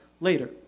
later